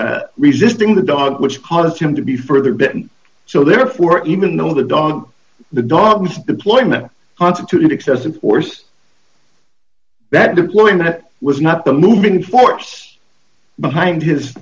by resisting the dog which caused him to be further bitten so therefore even though the dog the dogs deployment constitute excessive force that deploying that was not the moving force behind his